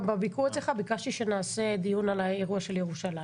גם בביקור אצלך ביקשתי שנעשה דיון על האירוע של ירושלים.